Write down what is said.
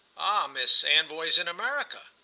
ah miss anvoy's in america?